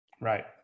Right